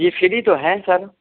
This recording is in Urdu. جی فری تو ہیں سر